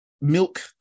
milk